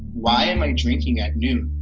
why am i drinking at noon?